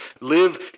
Live